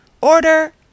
Order